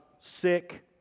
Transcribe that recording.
sick